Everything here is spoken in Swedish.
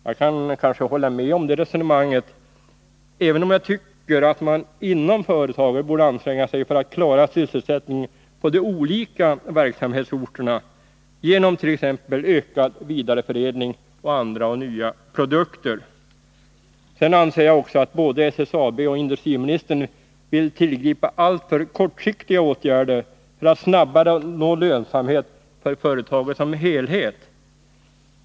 Jag kan kanske hålla med om det resonemanget, även om jag tycker att man inom företaget borde anstränga sig för att klara sysselsättningen på de olika verksamhetsorterna, genom t.ex. ökad vidareförädling och andra och nya produkter. Sedan anser jag också att både SSAB och industriministern vill tillgripa alltför kortsiktiga åtgärder för att snabbare nå lönsamhet för företaget som helhet.